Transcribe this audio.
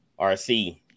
RC